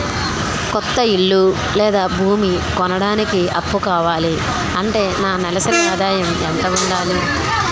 కొత్త ఇల్లు లేదా భూమి కొనడానికి అప్పు కావాలి అంటే నా నెలసరి ఆదాయం ఎంత ఉండాలి?